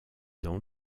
dans